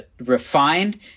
refined